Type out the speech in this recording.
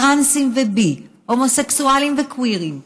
טרנסים ובי, הומוסקסואלים וקווירים ולסביות,